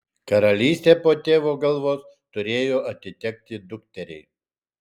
karalystė po tėvo galvos turėjo atitekti dukteriai